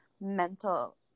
mental